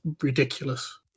ridiculous